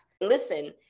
Listen